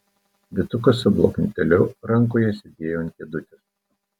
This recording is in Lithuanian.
vytukas su bloknotėliu rankoje sėdėjo ant kėdutės